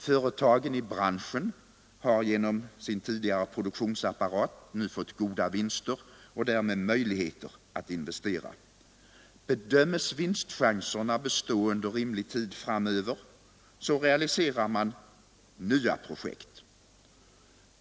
Företagen i branschen har genom sin tidigare produktionsapparat fått goda vinster och därmed möjligheter att investera. Bedömes vinstchanserna bestå under rimlig tid framöver, realiserar man nya projekt.